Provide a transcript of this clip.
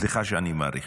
סליחה שאני מאריך.